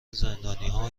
زندانیها